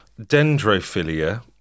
Dendrophilia